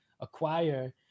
acquire